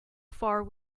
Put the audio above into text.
far